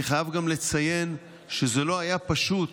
אני חייב גם לציין שזה לא היה פשוט